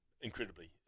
incredibly